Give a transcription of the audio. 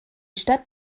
stadt